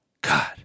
God